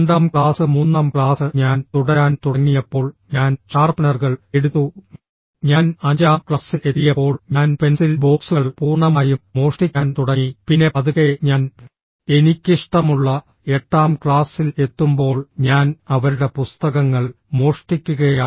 രണ്ടാം ക്ലാസ് മൂന്നാം ക്ലാസ് ഞാൻ തുടരാൻ തുടങ്ങിയപ്പോൾ ഞാൻ ഷാർപ്പ്നറുകൾ എടുത്തു ഞാൻ അഞ്ചാം ക്ലാസ്സിൽ എത്തിയപ്പോൾ ഞാൻ പെൻസിൽ ബോക്സുകൾ പൂർണ്ണമായും മോഷ്ടിക്കാൻ തുടങ്ങി പിന്നെ പതുക്കെ ഞാൻ എനിക്കിഷ്ടമുള്ള എട്ടാം ക്ലാസ്സിൽ എത്തുമ്പോൾ ഞാൻ അവരുടെ പുസ്തകങ്ങൾ മോഷ്ടിക്കുകയായിരുന്നു